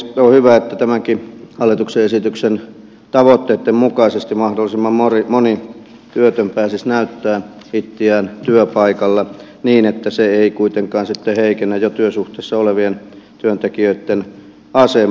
on hyvä että tämänkin hallituksen esityksen tavoitteitten mukaisesti mahdollisimman moni työtön pääsisi näyttämään itseään työpaikalla niin että se ei kuitenkaan heikennä jo työsuhteessa olevien työntekijöitten asemaa